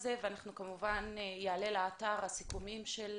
כמובן, יעלה לאתר הסיכומים של